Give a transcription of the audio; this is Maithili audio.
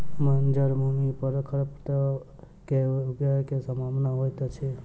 बंजर भूमि पर खरपात के ऊगय के सम्भावना होइतअछि